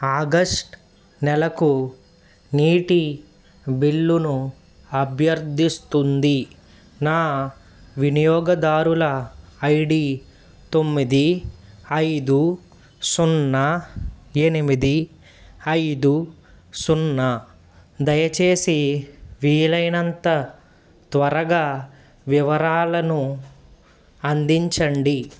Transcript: August నెలకు నీటి బిల్లును అభ్యర్దిస్తుంది నా వినియోగదారుల ఐ డి తొమ్మిది ఐదు సున్నా ఎనిమిది ఐదు సున్నా దయచేసి వీలైనంత త్వరగా వివరాలను అందించండి